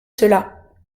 cela